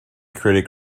critic